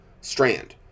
strand